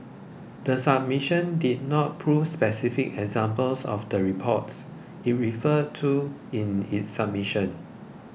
the submission did not provide specific examples of the reports it referred to in its submission